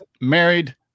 married